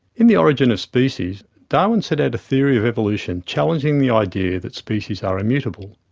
in the origin of species, darwin set out a theory of evolution challenging the idea that species are immutable.